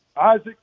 Isaac